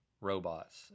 robots